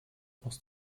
machst